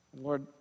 Lord